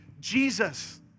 Jesus